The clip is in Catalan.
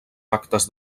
actes